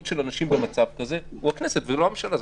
של אנשים במצב הזה הוא הכנסת ולא הממשלה.